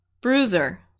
bruiser